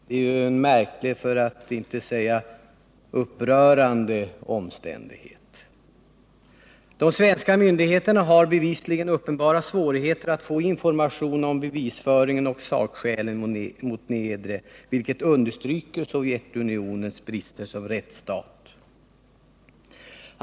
Det är en märklig för att inte säga upprörande omständighet. De svenska myndigheterna har bevisligen uppenbara svårigheter att få information om bevisföringen och sakskälen mot Niedre, vilket understryker Sovjetunionens brister som rättsstat.